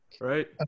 right